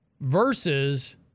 Versus